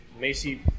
Macy